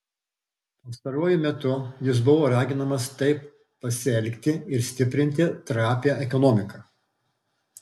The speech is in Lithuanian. pastaruoju metu jis buvo raginamas taip pasielgti ir stiprinti trapią ekonomiką